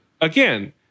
again